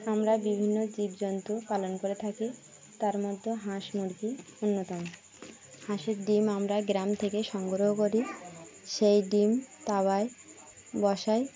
আমরা বিভিন্ন জীবজন্তু পালন করে থাকি তার মধ্যে হাঁস মুরগি অন্যতম হাঁসের ডিম আমরা গ্রাম থেকে সংগ্রহ করি সেই ডিম তাওয়ায় বসাই